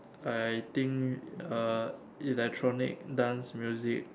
I think uh electronic dance music